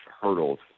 hurdles